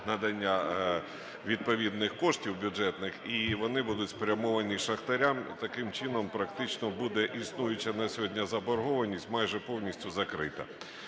надання відповідних коштів бюджетних і вони будуть спрямовані шахтарям. І, таким чином, практично буде існуюча на сьогодні заборгованість майже повністю закрита.